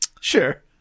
sure